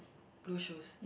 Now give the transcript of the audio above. Blue shoes